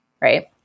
right